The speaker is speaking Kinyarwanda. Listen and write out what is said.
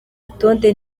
rutonde